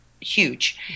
huge